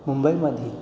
मुंबईमध्ये